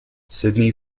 sidney